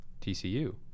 TCU